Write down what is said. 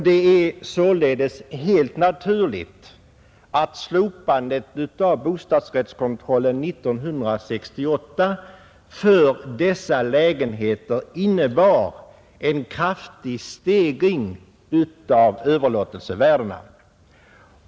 Det är således helt naturligt att slopandet 1968 av kontrollen för dessa bostadsrättslägenheter i vissa fall medförde en kraftig stegring av överlåtelsevärdena.